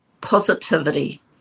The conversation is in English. Positivity